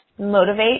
motivate